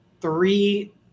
three